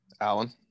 Alan